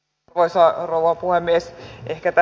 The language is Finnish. arvoisa rouva puhemies